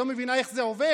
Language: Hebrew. לא מבינה איך זה עובד.